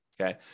okay